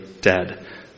dead